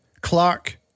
Clark